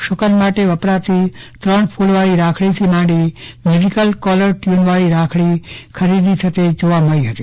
શુકન માટે વપરાતી ત્રણ ફૂલવાડી રાખડી થી માંડી મ્યુસીકલ કોલર ટયુનવાડી રાખડી ખરીદી થતી જોવા મળી હતી